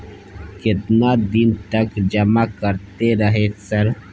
केतना दिन तक जमा करते रहे सर?